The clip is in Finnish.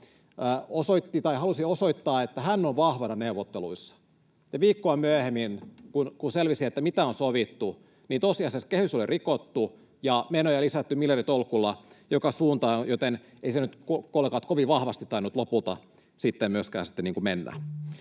halusi osoittaa, että hän on vahvana neuvotteluissa, ja kun viikkoa myöhemmin selvisi, mitä on sovittu, niin tosiasiassa kehys oli rikottu ja menoja lisätty miljarditolkulla joka suuntaan. Joten ei se nyt, kollegat, kovin vahvasti tainnut lopulta sitten myöskään mennä.